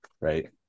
Right